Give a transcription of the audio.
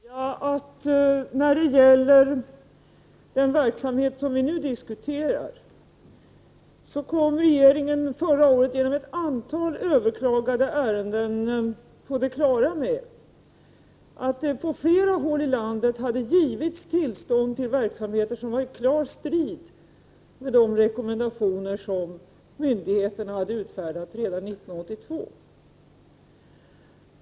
Herr talman! Låt mig först säga att regeringen när det gäller den verksamhet som vi nu diskuterar förra året genom ett antal överklagade ärenden blev på det klara med att det på flera håll i landet hade givits tillstånd till verksamheter som var i klar strid med de rekommendationer som myndigheterna hade utfärdat redan 1982.